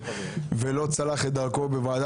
ולא צלח את דרכו בוועדת